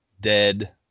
dead